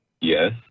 Yes